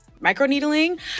microneedling